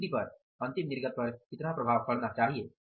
और बिक्री पर अंतिम निर्गत पर कितना प्रभाव पड़ना चाहिए